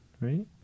Right